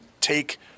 take